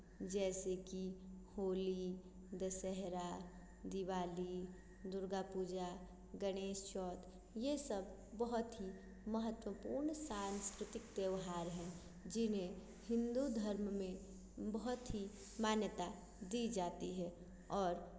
जैसे कि होली दसहरा दिवाली दुर्गा पूजा गणेश चौथ ये सब बहुत ही महत्वपूर्ण सांस्कृतिक त्यौहार हैं जिन्हें हिंदू धर्म में बहुत ही मान्यता दी जाती है और